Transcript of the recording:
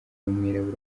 w’umwirabura